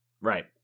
Right